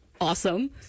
awesome